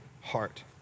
heart